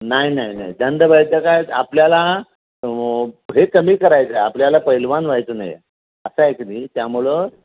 नाही नाही नाही दंडबैठका आपल्याला हे कमी करायचं आहे आपल्याला पैलवान व्हायचं नाही आहे असं आहे की नाही त्यामुळं